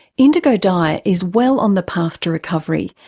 indigo daya is well on the path to recovery,